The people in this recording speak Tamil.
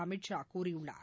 அமித் ஷா கூறியுள்ளார்